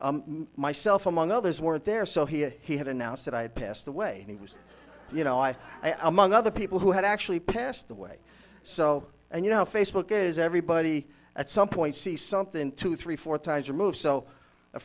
and myself among others weren't there so he he had announced that i had passed the way he was you know i i mun other people who had actually passed away so and you know facebook is everybody at some point see something two three four times removed so a